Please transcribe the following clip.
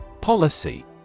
Policy